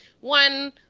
one